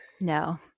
No